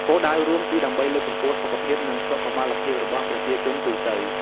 គោលដៅរួមគឺដើម្បីលើកកម្ពស់សុខភាពនិងសុខុមាលភាពរបស់ប្រជាជនទូទៅ។